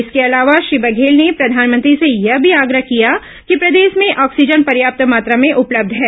इसके अलावा श्री बधेल ने प्रधानमंत्री से यह भी आग्रह किया कि प्रदेश में ऑक्सीजन पर्याप्त मात्रा में उपलब्ध है